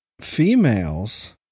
females